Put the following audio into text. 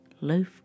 Loaf